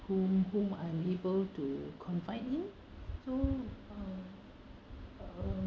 whom whom I'm able to confide in so uh